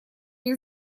мне